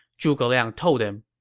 zhuge liang told him,